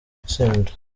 gutsinda